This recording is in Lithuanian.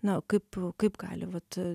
na kaip kaip gali vat